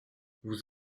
vous